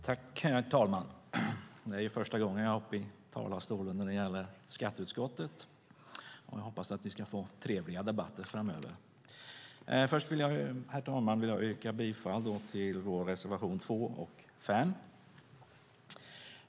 Herr talman! Det är första gången jag är uppe i talarstolen när det gäller ett ärende från skatteutskottet. Jag hoppas att vi ska få trevliga debatter framöver. Först, herr talman, vill jag yrka bifall till våra reservationer nr 2 och nr 5.